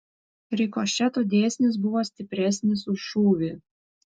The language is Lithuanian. rikošeto dėsnis buvo stipresnis už šūvį